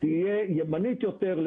תהיה ימנית יותר,